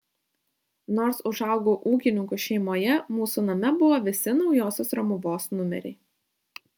nors užaugau ūkininkų šeimoje mūsų name buvo visi naujosios romuvos numeriai